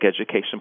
Education